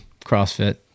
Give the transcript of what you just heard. crossfit